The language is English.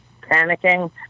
panicking